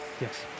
Yes